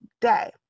day